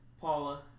Paula